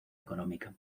económica